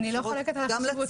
אני לא חולקת על הדחיפות,